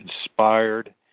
inspired